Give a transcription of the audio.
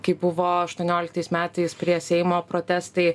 kai buvo aštuonioliktais metais prie seimo protestai